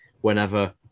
whenever